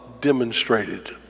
demonstrated